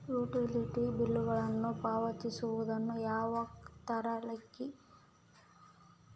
Utility ಬಿಲ್ಲುಗಳನ್ನು ಪಾವತಿಸುವದನ್ನು ಯಾವ ತಾರೇಖಿನ ಒಳಗೆ ನೇವು ಮಾಡುತ್ತೇರಾ?